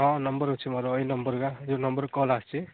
ହଁ ନମ୍ବର ଅଛି ମୋର ଏଇ ନମ୍ବରଟା ଯେଉଁ ନମ୍ବରରେ କଲ୍ ଆସିଛି